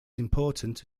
important